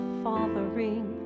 fathering